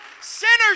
sinners